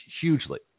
hugely